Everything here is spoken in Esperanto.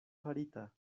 farita